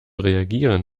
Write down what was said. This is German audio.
reagieren